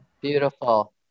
Beautiful